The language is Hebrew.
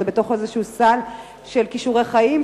אז זה בתוך איזשהו סל של "כישורי חיים",